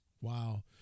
Wow